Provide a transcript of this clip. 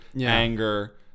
anger